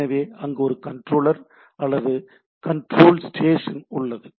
எனவே அங்கு ஒரு கண்ட்ரோலர் அல்லது கண்ட்ரோல் ஸ்டேஷ்ன் உள்ளது